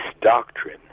doctrine